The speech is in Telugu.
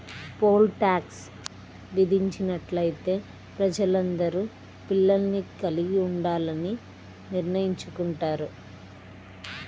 పోల్ టాక్స్ విధించినట్లయితే ప్రజలందరూ పిల్లల్ని కలిగి ఉండాలని నిర్ణయించుకుంటారు